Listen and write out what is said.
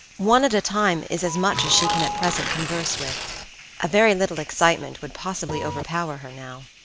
one at a time is as much as she can at present converse with a very little excitement would possibly overpower her now.